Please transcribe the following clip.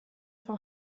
van